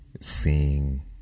Seeing